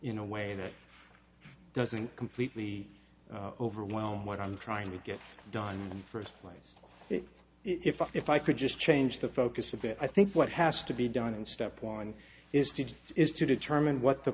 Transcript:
in a way that doesn't completely overwhelm what i'm trying to get done and first place if i if i could just change the focus a bit i think what has to be done in step one is to do is to determine what the